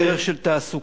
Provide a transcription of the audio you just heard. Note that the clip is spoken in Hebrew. ערך של תעסוקה,